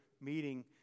meeting